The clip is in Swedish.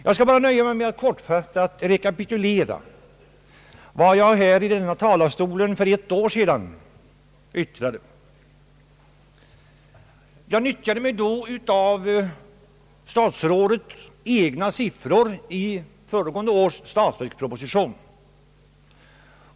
Jag skall nöja mig med att kortfattat återge vad jag yttrade från denna talarstol för ett år sedan. Jag begagnade mig då av statsrådets egna siffror i föregående års statsverksproposition.